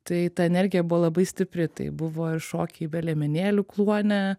tai ta energija buvo labai stipri tai buvo ir šokiai be liemenėlių kluone